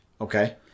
Okay